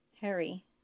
harry